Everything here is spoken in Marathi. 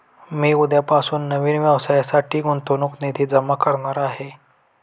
मी उद्यापासून नवीन व्यवसायासाठी गुंतवणूक निधी जमा करणार आहे